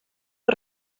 que